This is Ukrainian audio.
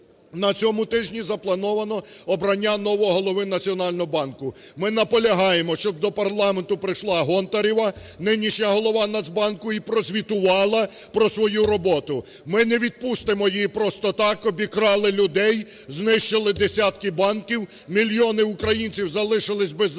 На цьому тижні заплановано обрання нового Голови Національного банку. Ми наполягаємо, щоб до парламенту прийшлаГонтарева – нинішня голова Нацбанку – і прозвітувала про свою роботу. Ми не відпустимо її просто так! Обікрали людей, знищили десятки банків, мільйони українців залишилися без